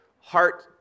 heart